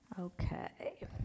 Okay